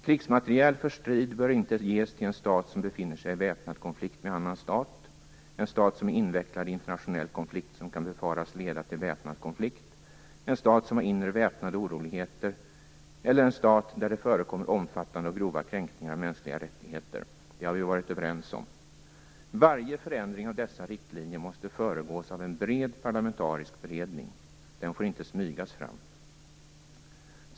Krigsmateriel för strid bör inte ges till en stat som befinner sig i väpnad konflikt med annan stat, en stat som är invecklad i internationell konflikt som kan befaras leda till väpnad konflikt, en stat som har inre väpnade oroligheter eller en stat där det förekommer omfattande och grova kränkningar av mänskliga rättigheter. Det har vi varit överens om. Varje förändring av dessa riktlinjer måste föregås av en bred parlamentarisk beredning. Den får inte smygas fram.